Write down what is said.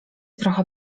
trochę